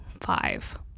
five